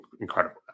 incredible